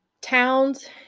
towns